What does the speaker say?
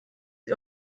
wir